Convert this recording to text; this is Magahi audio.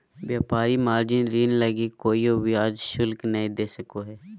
व्यापारी मार्जिन ऋण लगी कोय ब्याज शुल्क नय दे सको हइ